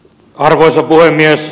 arvoisa puhemies